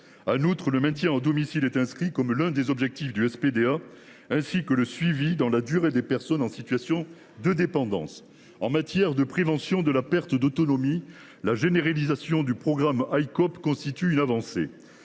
En outre, le maintien à domicile est inscrit comme l’un des objectifs du SPDA, au même titre que le suivi dans la durée des personnes en situation de dépendance. En matière de prévention de la perte d’autonomie, la généralisation du programme Icope constitue une avancée.